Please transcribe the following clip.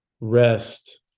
rest